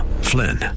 Flynn